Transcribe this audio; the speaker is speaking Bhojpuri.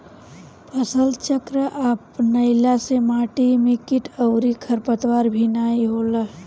फसलचक्र अपनईला से माटी में किट अउरी खरपतवार भी नाई होला